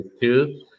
two